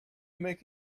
make